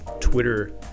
twitter